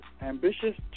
Ambitious